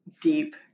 deep